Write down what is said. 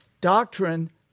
Doctrine